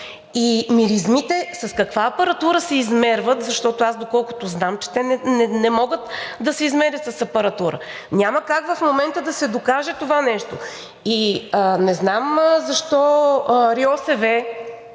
Миризмите с каква апаратура се измерват, защото аз, доколкото знам, че те не могат да се измерят с апаратура. Няма как в момента да се докаже това нещо. Не зная защо РИОСВ,